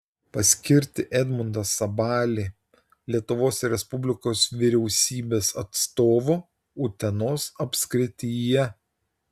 paskirti edmundą sabalį lietuvos respublikos vyriausybės atstovu utenos apskrityje